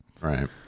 right